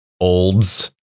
olds